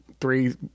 three